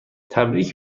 تبریک